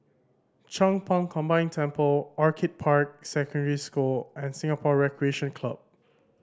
Chong Pang Combined Temple Orchid Park Secondary School and Singapore Recreation Club